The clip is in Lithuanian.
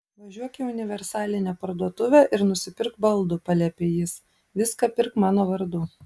važiuok į universalinę parduotuvę ir nusipirk baldų paliepė jis viską pirk mano vardu